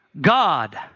God